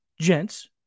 gents